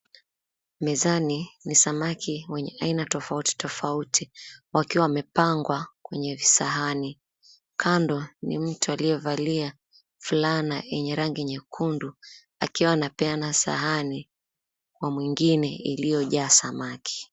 Mezani ni samaki wenye aina tofauti tofauti wakiwa wamepangwa kwenye visahani. Kando ni mtu aliyevalia fulana yenye rangi nyekundu akiwa anapeana sahani kwa mwingine iliojaa samaki.